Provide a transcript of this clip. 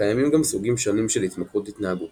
קיימים גם סוגים שונים של התמכרות התנהגותית.